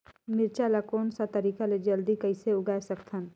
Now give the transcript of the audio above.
मिरचा ला कोन सा तरीका ले जल्दी कइसे उगाय सकथन?